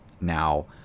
now